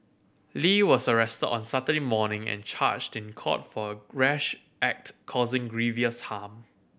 Lee was arrested on Saturday morning and charged in court for a rash act causing grievous harm